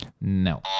No